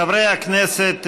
חברי הכנסת,